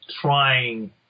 trying